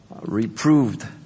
reproved